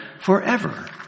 forever